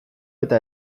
eta